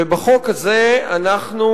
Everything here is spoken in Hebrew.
בחוק הזה אנחנו,